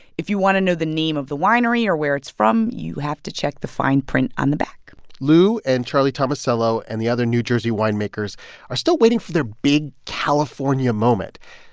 if you want to know the name of the winery or where it's from, you have to check the fine print on the back lou, and charlie tomasello and the other new jersey winemakers are still waiting for their big california moment.